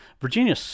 Virginia